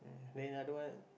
then otherwise